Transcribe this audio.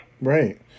Right